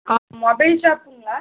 ஆ mobile ஷாப்புங்களா